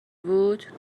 بود